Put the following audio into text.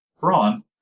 Brawn